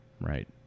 Right